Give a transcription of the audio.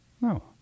No